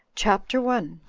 chapter one.